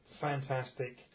fantastic